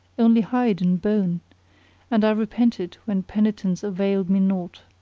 only hide and bone and i repented when penitence availed me naught.